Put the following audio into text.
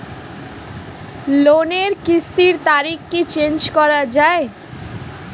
লোনের কিস্তির তারিখ কি চেঞ্জ করা যায়?